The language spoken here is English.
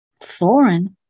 Thorin